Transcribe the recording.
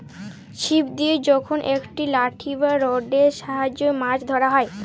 ছিপ দিয়ে যখল একট লাঠি বা রডের সাহায্যে মাছ ধ্যরা হ্যয়